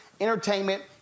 entertainment